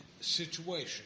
situation